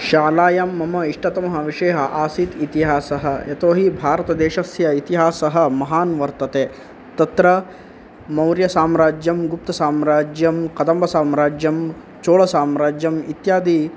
शालायां मम इष्टतमः विषयः आसीत् इतिहासः यतो हि भारतदेशस्य इतिहासः महान् वर्तते तत्र मौर्यसाम्राज्यं गुप्तसाम्राज्यं कदम्बसाम्राज्यं चोळसाम्राज्यम् इत्यादि